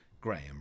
Graham